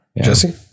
Jesse